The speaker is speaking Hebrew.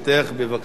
בבקשה.